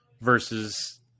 versus